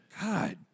God